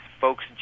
folks